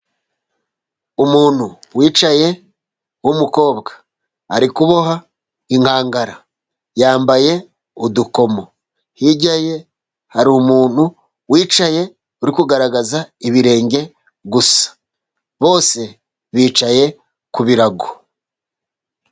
Umuntu wicaye w'umukobwa ari kuboha inkangara, yambaye udukomo, hirya ye hari umuntu wicaye uri kugaragaza ibirenge gusa, bose bicaye ku birarago.